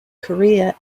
career